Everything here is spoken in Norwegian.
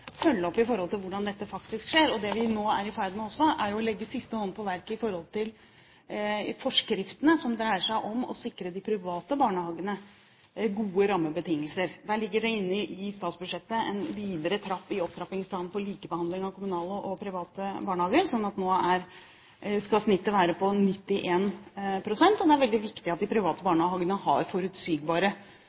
faktisk skjer. Det vi nå også er i ferd med, er å legge siste hånd på verket når det gjelder forskriftene som dreier seg om å sikre de private barnehagene gode rammebetingelser. I statsbudsjettet ligger det inne en videre trapp i opptrappingsplanen for likebehandling av kommunale og private barnehager, slik at nå skal snittet være på 91 pst. Det er veldig viktig at de private barnehagene har forutsigbare